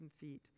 feet